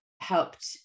helped